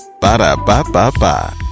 Ba-da-ba-ba-ba